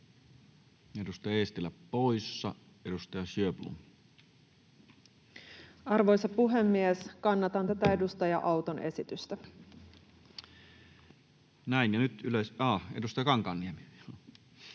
edustaja Eestilä poissa. — Edustaja Sjöblom. Arvoisa puhemies! Kannatan tätä edustaja Auton esitystä. Näin. — Edustaja Kankaanniemi.